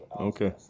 Okay